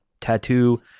tattoo